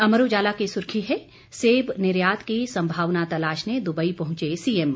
अमर उजाला की सुर्खी है सेब निर्यात की संभावना तलाशने दुबई पहुंचे सीएम